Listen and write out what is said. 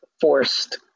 forced